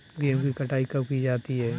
गेहूँ की कटाई कब की जाती है?